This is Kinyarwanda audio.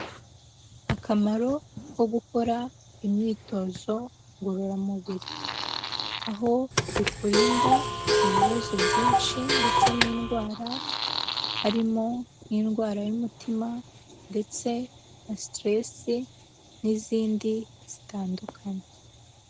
Akamaro ko gukora imyitozo ngororamubiri, aho bikurinda ibibazo byinshi ndetse n'indwara, harimo n'indwara y'umutima ndetse na siteresi n'izindi zitandukanye.